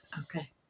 Okay